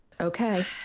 Okay